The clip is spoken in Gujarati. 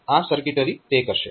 તો આ સર્કિટરી તે કરશે